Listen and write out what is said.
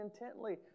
intently